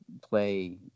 play